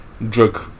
Drug